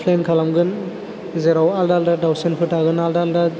फ्लेन खालामगोन जेराव आलदा आलदा दावसेनफोर थागोन आलदा आलदा